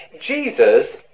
Jesus